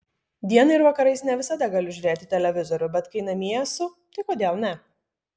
dieną ir vakarais ne visada galiu žiūrėti televizorių bet kai namie esu tai kodėl ne